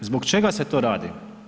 Zbog čega se to radi?